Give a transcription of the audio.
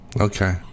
Okay